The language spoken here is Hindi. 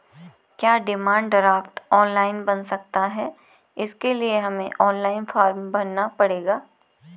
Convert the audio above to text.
क्या डिमांड ड्राफ्ट ऑनलाइन बन सकता है इसके लिए हमें ऑनलाइन फॉर्म भरना पड़ेगा?